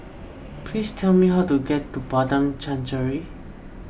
please tell me how to get to Padang Chancery